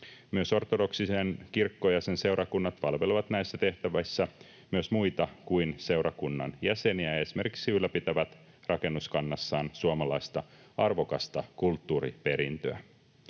Myös ortodoksinen kirkko ja sen seurakunnat palvelevat näissä tehtävissä myös muita kuin seurakunnan jäseniä, esimerkiksi ylläpitävät rakennuskannassaan suomalaista arvokasta kulttuuriperintöä.